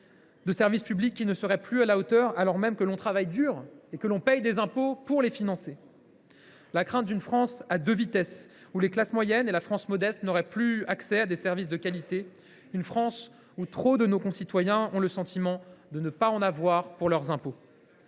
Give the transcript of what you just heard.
de services publics qui ne seraient plus à la hauteur, alors même que l’on travaille dur et que l’on paie ses impôts pour les financer ; la crainte d’une France à deux vitesses, où les classes moyennes et la France modeste n’auraient plus accès à des services de qualité, une France où trop de nos concitoyens ont le sentiment de ne pas en avoir pour leurs impôts.